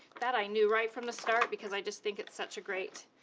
that i knew right from the start, because i just think it's such a great